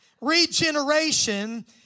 Regeneration